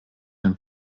den